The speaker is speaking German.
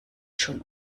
schon